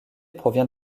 provient